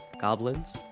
Goblins